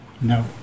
No